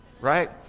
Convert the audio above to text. right